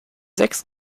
sechs